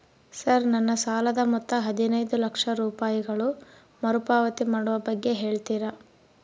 Sir ನನ್ನ ಸಾಲದ ಮೊತ್ತ ಹದಿನೈದು ಲಕ್ಷ ರೂಪಾಯಿಗಳು ಮರುಪಾವತಿ ಮಾಡುವ ಬಗ್ಗೆ ಹೇಳ್ತೇರಾ?